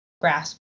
grasp